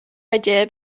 idea